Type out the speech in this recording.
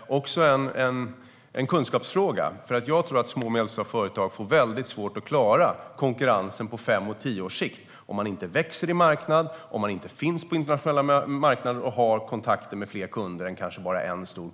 och en kunskapsfråga. Jag tror nämligen att små och medelstora företag får väldigt svårt att klara konkurrensen på fem och tio års sikt om de inte växer i marknad, inte finns på internationella marknader och inte har kontakter med fler kunder än kanske bara en enda stor.